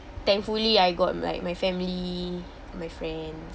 thankfully I got like my family my friends